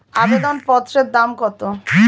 আবেদন পত্রের দাম কত?